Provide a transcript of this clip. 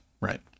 right